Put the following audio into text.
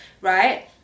right